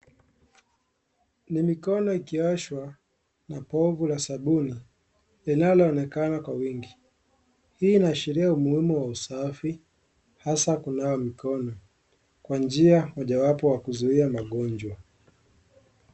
Ni mikono ikioshwa na bovu la sabuni linaloonekana kwa wingi. Hii inaashiria umuhimu wa usafi hasa kunawa mikono, kwa njia mojawapo ya kuzuia magonjwa.